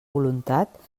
voluntat